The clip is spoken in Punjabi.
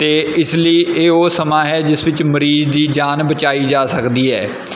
ਅਤੇ ਇਸ ਲਈ ਇਹ ਉਹ ਸਮਾਂ ਹੈ ਜਿਸ ਵਿੱਚ ਮਰੀਜ਼ ਦੀ ਜਾਨ ਬਚਾਈ ਜਾ ਸਕਦੀ ਹੈ